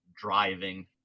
driving